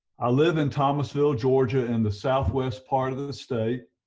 i live in thomasville, georgia in the southwest part of the state.